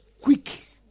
quick